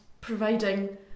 providing